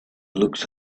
looked